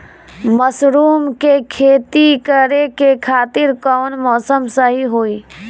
Mushroom के खेती करेके खातिर कवन मौसम सही होई?